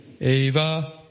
Eva